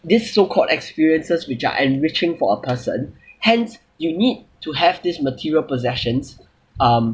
this so called experiences which are enriching for a person hence you need to have this material possessions um